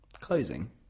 closing